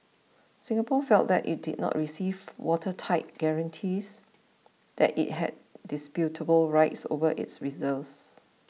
Singapore felt that it did not receive watertight guarantees that it had indisputable rights over its reserves